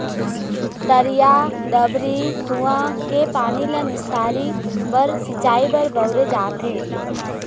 तरिया, डबरी, कुँआ के पानी ल निस्तारी बर, सिंचई बर बउरे जाथे